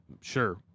sure